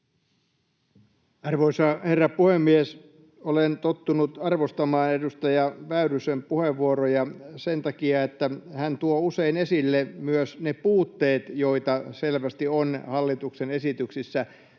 Arvoisa herra puhemies! Olen tottunut arvostamaan edustaja Väyrysen puheenvuoroja sen takia, että hän tuo usein esille myös ne puutteet, joita selvästi on hallituksen esityksissä.